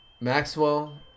Maxwell